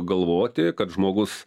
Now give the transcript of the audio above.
galvoti kad žmogus